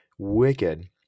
wicked